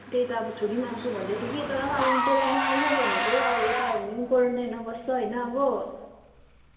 त्यही त अब छोरी पनि आउँछु भन्दै थियो कि तर पनि अब त्यसलाई नआइज भनेको अब यता आयो भने पनि क्वारेन्टाइनमा बस्छ होइन अब